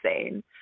insane